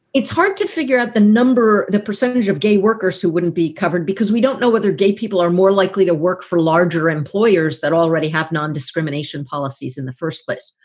it's hard to figure out the number, the percentage of gay workers who wouldn't be covered, because we don't know whether gay people are more likely to work for larger employers that already have nondiscrimination policies in the first place.